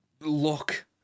look